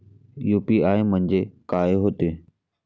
UPI म्हणजे का होते?